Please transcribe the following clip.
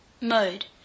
Mode